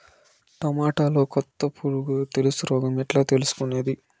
టమోటాలో కొత్త పులుగు తెలుసు రోగం ఎట్లా తెలుసుకునేది?